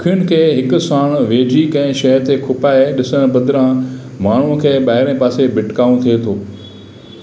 अखियुनि खे हिकु साण वेझी कंहिं शइ ते खुपाइ ॾिसण बदिरां माण्हूअ खे ॿाहिरे पासे भिटिकाउ थिए थो